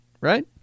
Right